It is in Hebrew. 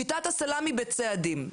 שיטת הסלמי בצעדים.